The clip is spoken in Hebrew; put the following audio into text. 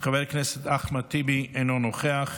חבר הכנסת אחמד טיבי, אינו נוכח,